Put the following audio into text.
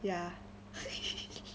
ya